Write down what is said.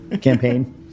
campaign